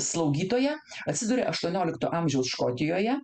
slaugytoja atsiduria aštuoniolikto amžiaus škotijoje